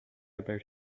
about